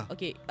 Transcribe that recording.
Okay